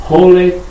holy